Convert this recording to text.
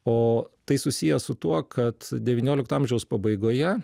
o tai susiję su tuo kad devyniolikto amžiaus pabaigoje